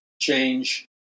change